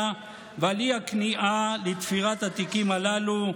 ועל אי-הכניעה לתפירת התיקים הללו.